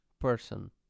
person